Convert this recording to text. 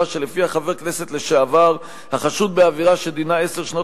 שלפיה חבר כנסת לשעבר החשוד בעבירה שדינה עשר שנות